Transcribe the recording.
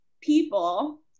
people